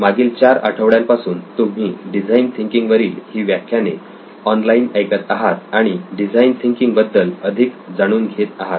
मागील 4 आठवड्यांपासून तुम्ही डिझाईन थिंकिंग वरील ही व्याख्याने ऑनलाइन ऐकत आहात आणि डिझाईन थिंकिंग बद्दल अधिक जाणून घेत आहात